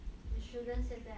you shouldn't said that